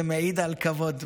זה מעיד על כבוד.